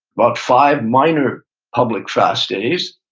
about five minor public fast days,